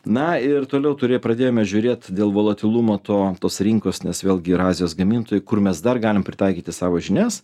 na ir toliau turi pradėjome žiūrėt dėl volotilumo to tos rinkos nes vėlgi yra azijos gamintojų kur mes dar galim pritaikyti savo žinias